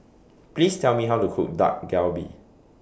Please Tell Me How to Cook Dak Galbi